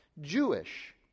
Jewish